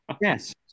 yes